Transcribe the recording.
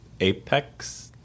Apex